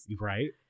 right